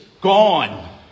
gone